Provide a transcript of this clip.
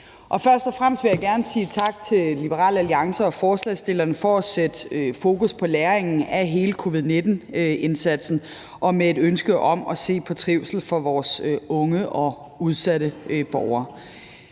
Først og fremmest vil jeg gerne sige tak til Liberal Alliance og forslagsstillerne for at sætte fokus på læringen af hele covid-19-indsatsen og med et ønske om at se på trivslen for vores unge og udsatte borgere.